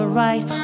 right